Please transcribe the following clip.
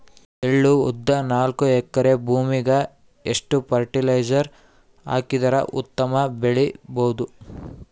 ಎಳ್ಳು, ಉದ್ದ ನಾಲ್ಕಎಕರೆ ಭೂಮಿಗ ಎಷ್ಟ ಫರಟಿಲೈಜರ ಹಾಕಿದರ ಉತ್ತಮ ಬೆಳಿ ಬಹುದು?